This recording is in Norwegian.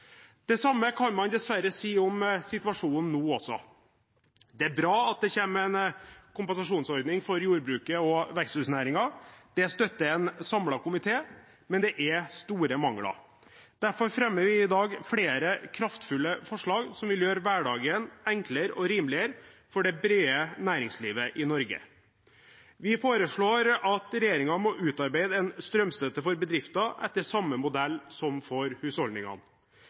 Det samme kan man dessverre si om situasjonen nå også. Det er bra at det kommer en kompensasjonsordning for jordbruket og veksthusnæringen. Det støtter en samlet komité, men det er store mangler. Derfor fremmer vi i dag flere kraftfulle forslag som vil gjøre hverdagen enklere og rimeligere for det brede næringslivet i Norge. Vi foreslår at regjeringen må utarbeide en strømstøtte for bedrifter etter samme modell som for husholdningene.